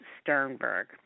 Sternberg